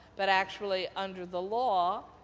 but actually, under the law,